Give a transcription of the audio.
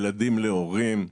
ילדים להורים,